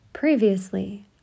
Previously